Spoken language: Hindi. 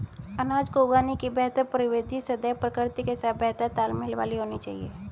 अनाज को उगाने की बेहतर प्रविधि सदैव प्रकृति के साथ बेहतर तालमेल वाली होनी चाहिए